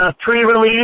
pre-release